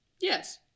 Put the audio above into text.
Yes